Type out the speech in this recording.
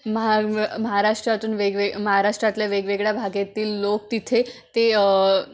महा महाराष्ट्रातून वेगवेग महाराष्ट्रातल्या वेगवेगळ्या भागेतील लोक तिथे ते